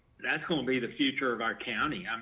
that's gonna be the future of our county. um